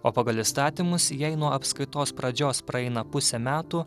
o pagal įstatymus jei nuo apskaitos pradžios praeina pusė metų